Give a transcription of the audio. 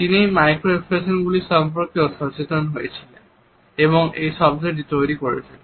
তিনি এই মাইক্রো এক্সপ্রেশনগুলি সম্পর্কেও সচেতন হয়েছিলেন এবং এই শব্দটি তৈরি করেছিলেন